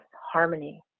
harmony